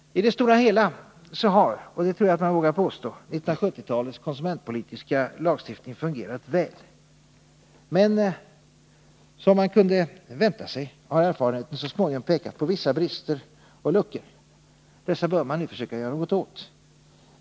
I det stora hela har — det tror jag att man vågar påstå — 1970-talets konsumentpolitiska lagstiftning fungerat väl. Men som man kunde vänta sig har erfarenheten så småningom pekat på vissa brister och luckor. Dessa bör man nu försöka göra något åt.